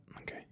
okay